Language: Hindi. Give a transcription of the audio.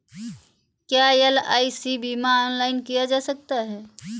क्या एल.आई.सी बीमा ऑनलाइन किया जा सकता है?